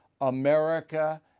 America